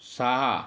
सहा